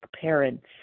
parents